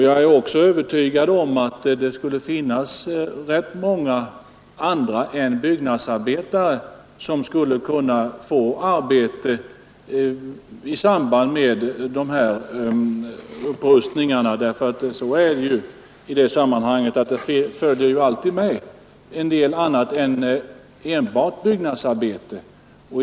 Jag är övertygad om att många andra än byggnadsarbetare skulle kunna få arbete i samband med sådana här upprustningar; det följer alltid med en del annat arbete också.